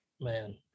Man